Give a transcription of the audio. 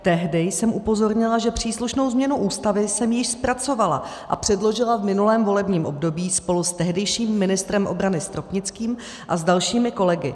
Tehdy jsem upozornila, že příslušnou změnu Ústavy jsem již zpracovala a předložila v minulém volebním období spolu s tehdejším ministrem obrany Stropnickým a s dalšími kolegy.